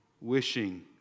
wishing